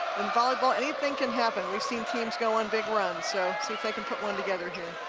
in volleyball anything can happen. we've seen teams go on big runs. so see if they can put one together.